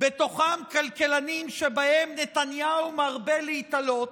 ובהם כלכלנים שבהם נתניהו מרבה להיתלות,